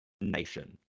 nation